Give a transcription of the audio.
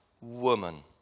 woman